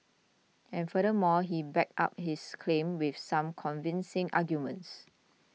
and furthermore he backed up his claim with some convincing arguments